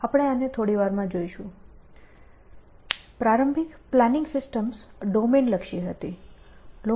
આપણે આને થોડી વારમાં જોશું પ્રારંભિક પ્લાનિંગ સિસ્ટમ્સ ડોમેન લક્ષી હતી